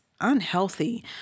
unhealthy